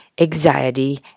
anxiety